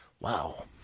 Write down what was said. Wow